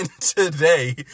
today